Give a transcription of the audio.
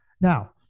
Now